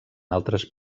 altres